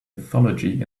mythology